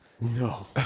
no